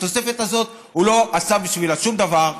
התוספת הזאת, הוא לא עשה בשבילה שום דבר,